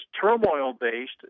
turmoil-based